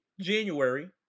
January